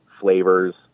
flavors